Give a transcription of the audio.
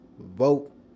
vote